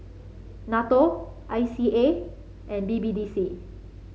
NATO I C A and B B D C